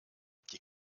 die